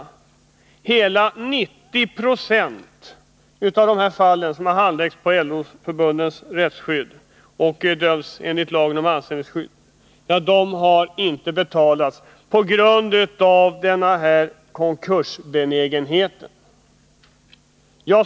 I hela 90 26 av dessa fall, som LO-Förbundens Rättskydd AB granskat och där företagen dömts enligt lagen om anställningsskydd, sker ingeninbetalning. Det beror på konkursbenägenheten hos dessa företag.